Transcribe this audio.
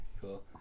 Cool